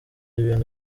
ibintu